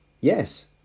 Yes